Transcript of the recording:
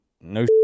No